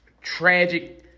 tragic